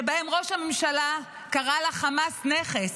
שבהם ראש הממשלה קרא לחמאס "נכס",